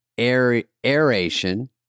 Aeration